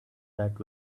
that